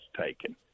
taken